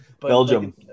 Belgium